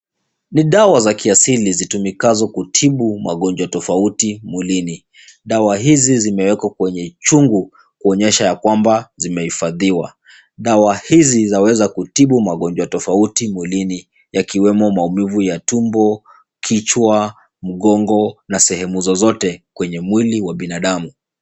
Ni dawa za kiasili zitumikazo kutibu magonjwa tofauti mwilini. Dawa hizi zimewekwa kwenye chungu kuonyesha ya kwamba zimehifadhiwa. Dawa hizi zaweza kutibu magonjwa tofauti mwilini yakiwemo maumivu ya tumbo, kichwa, mgongo na sehemu zozote kwenye mwili wa binadamu.